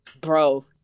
bro